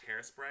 Hairspray